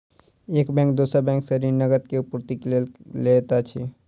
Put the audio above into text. एक बैंक दोसर बैंक सॅ ऋण, नकद के आपूर्तिक लेल लैत अछि